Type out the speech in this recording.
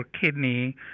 kidney